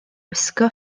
gwisgo